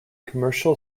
commercial